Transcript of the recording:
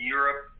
Europe